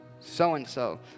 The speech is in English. so-and-so